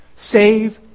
save